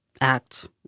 act